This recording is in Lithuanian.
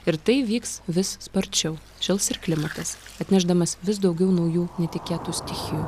ir tai vyks vis sparčiau šils ir klimatas atnešdamas vis daugiau naujų netikėtų stichijų